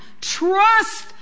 Trust